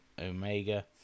Omega